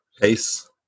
pace